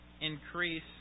increase